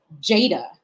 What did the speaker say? Jada